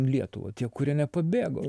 lietuvą tie kurie nepabėgo